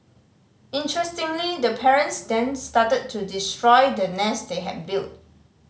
interestingly the parents then started to destroy the nest they had built